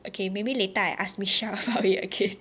okay maybe later I ask Michelle about it again